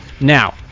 Now